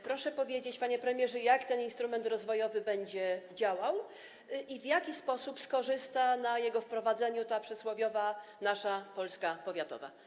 Proszę powiedzieć, panie premierze, jak ten instrument rozwojowy będzie działał i w jaki sposób skorzysta na jego wprowadzeniu ta przysłowiowa nasza Polska powiatowa.